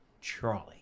Charlie